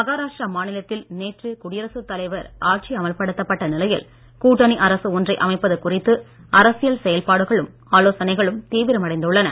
மகாராஷ்டிரா மாநிலத்தில் நேற்று குடியரசு தலைவர் ஆட்சி அமல்படுத்தப்பட்ட நிலையில் கூட்டணி அரசு ஒன்றை அமைப்பது குறித்து அரசியல் செயல்பாடுகளும் ஆலோசனைகளும் தீவிரமடைந்துள்ளன